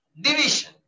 division